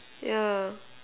yeah